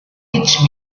teach